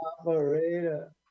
operator